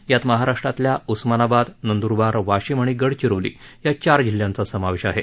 यात महाराष्ट्रातल्या उस्मानाबाद नंद्रबार वाशिम आणि गडचिरोली या चार जिल्ह्यांचा समावेश आहे